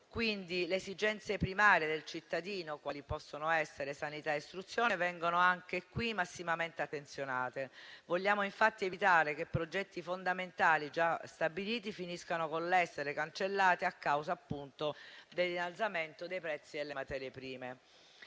Quindi, le esigenze primarie del cittadino, quali possono essere sanità e istruzione, vengono anche qui massimamente attenzionate. Vogliamo, infatti, evitare che progetti fondamentali, già stabiliti, finiscano con l'essere cancellati a causa, appunto, dell'innalzamento dei prezzi delle materie prime.